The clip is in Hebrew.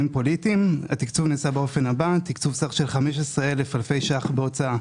תקצוב סך של 15,000 אלפי ₪ בהוצאה